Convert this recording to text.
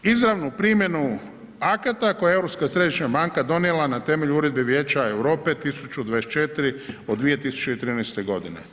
Izravnu primjenu akata koje je Europska središnja banka donijela na temelju Uredbe Vijeća Europe 1024 od 2013. godine.